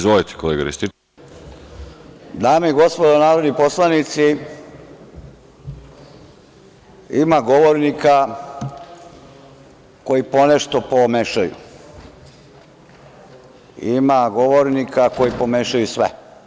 Dame i gospodo narodni poslanici, ima govornika koji po nešto pomešaju, ima govornika koji pomešaju sve.